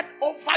over